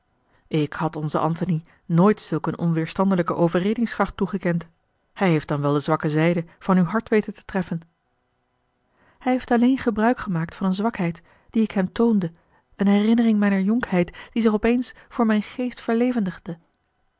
ik had onzen antony nooit zulk eene onweêrstandelijke overredingskracht toegekend hij heeft dan wel de zwakke zijde van uw hart weten te treffen hij heeft alleen gebruik gemaakt van eene zwakheid die ik hem toonde eene herinnering mijner jonkheid die zich op eens voor mijn geest verlevendigde